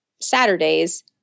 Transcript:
Saturdays